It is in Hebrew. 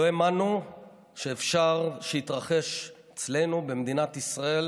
לא האמנו שאפשר שיתרחש אצלנו במדינת ישראל